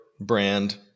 brand